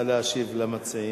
נא להשיב למציעים.